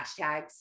hashtags